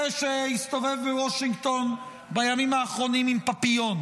זה שהסתובב בוושינגטון בימים האחרונים עם פפיון,